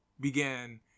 began